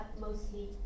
mostly